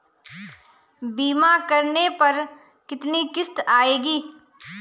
बीमा करने पर कितनी किश्त आएगी?